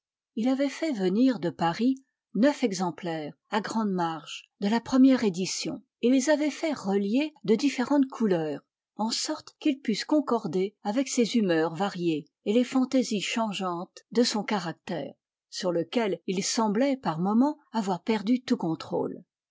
il avait fait venir de paris neuf exemplaires à grande marge de la première édition et les avait fait relier de différentes couleurs en sorte qu'il pussent concorder avec ses humeurs variées et les fantaisies changeantes de son caractère sur lequel il semblait par moments avoir perdu tout contrôle